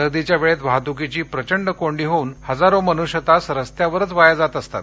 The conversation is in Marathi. गर्दीच्या वेळेत वाहतुकीची प्रचंड कोंडी होऊन हजारो मनुष्य तास रस्त्यावरच वाया जात असतात